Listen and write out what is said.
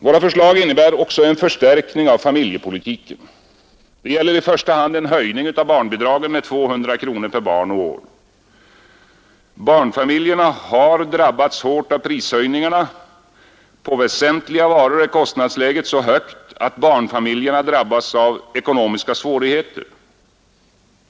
Våra förslag innefattar också en förstärkning av familjepolitiken. Det gäller i första hand en höjning av barnbidragen med 200 kronor per barn och år. Barnfamiljerna har drabbats hårt av prishöjningarna. På väsentliga varor är kostnadsläget så högt att barnfamiljerna drabbas av ekonomiska svårigheter.